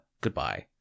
goodbye